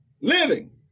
Living